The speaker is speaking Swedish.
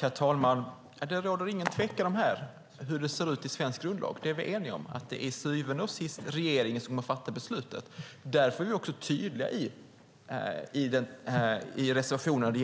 Herr talman! Det råder inget tvivel om hur det ser ut i svensk grundlag. Vi är eniga om att det till syvende och sist är regeringen som har att fatta beslutet. Därför är vi tydliga i reservationen